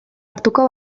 hartuko